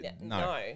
No